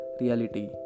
reality